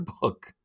book